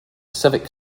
civic